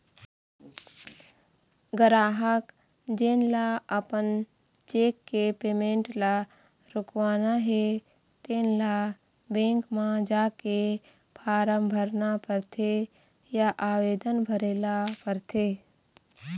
गराहक जेन ल अपन चेक के पेमेंट ल रोकवाना हे तेन ल बेंक म जाके फारम भरना परथे या आवेदन करे ल परथे